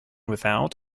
without